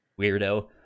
weirdo